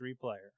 player